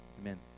Amen